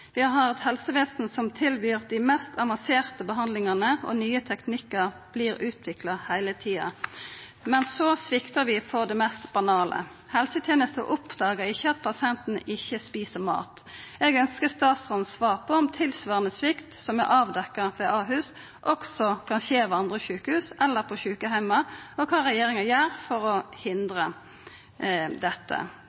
Vi har eit helsevesen som tilbyr dei mest avanserte behandlingane, og nye teknikkar vert utvikla heile tida. Men så sviktar vi på det mest banale: Helsetenesta oppdagar ikkje at pasienten ikkje tar til seg mat. Eg ønskjer statsrådens svar på om tilsvarande svikt som er avdekt ved Ahus, også kan skje ved andre sjukehus eller på sjukeheimar og kva regjeringa gjer for å